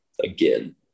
again